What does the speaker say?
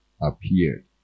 appeared